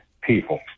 people